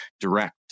direct